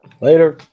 Later